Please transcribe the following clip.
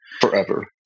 forever